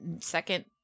second